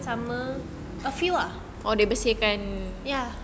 sama a few ah